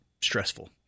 stressful